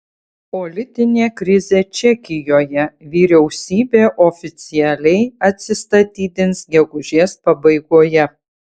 politinė krizė čekijoje vyriausybė oficialiai atsistatydins gegužės pabaigoje